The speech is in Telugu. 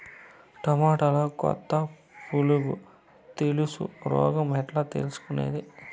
టమోటాలో కొత్త పులుగు తెలుసు రోగం ఎట్లా తెలుసుకునేది?